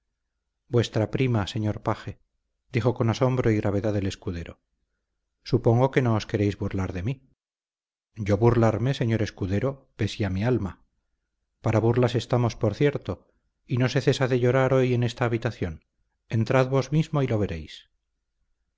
vuestra prima señor paje dijo con asombro y gravedad el escudero supongo que no os queréis burlar de mí yo burlarme señor escudero pesia mi alma para burlas estamos por cierto y no se cesa de llorar hoy en esta habitación entrad vos mismo y lo veréis